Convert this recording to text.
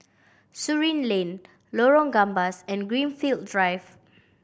Surin Lane Lorong Gambas and Greenfield Drive